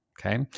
okay